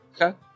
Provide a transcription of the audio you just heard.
Okay